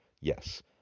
Yes